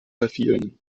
verfielen